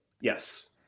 yes